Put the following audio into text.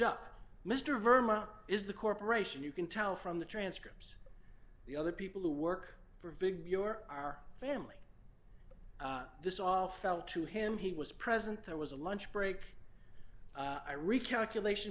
up mr vermont is the corporation you can tell from the transcripts the other people who work for big your are family this all fell to him he was present there was a lunch break i recalculation